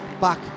back